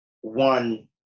one